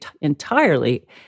entirely